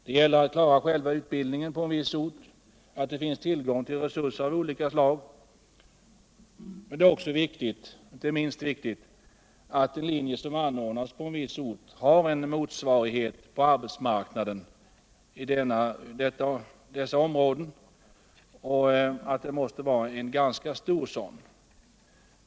Det gäller att klara själva utbildningen på en viss ort och aut se till att det finns tillgång till resurser av olika slag, och det är dessutom inte minst viktigt att en linje som anordnas på en viss ort har en motsvarighet, en ganska stor sådan, på arbetsmarknaden i denna orts omgivning.